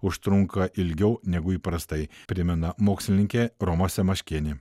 užtrunka ilgiau negu įprastai primena mokslininkė roma semaškienė